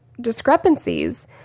discrepancies